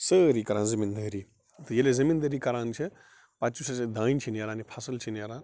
سٲری کَران زٔمیٖن دٲری تہٕ ییٚلہِ أسۍ زٔمیٖن دٲری کَران چھِ پتہٕ یُس دانہِ چھُ نیٚران فصٕل چھُ نیٚران